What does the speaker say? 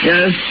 Yes